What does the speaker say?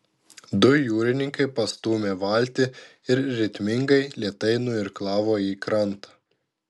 du jūrininkai pastūmė valtį ir ritmingai lėtai nuirklavo į krantą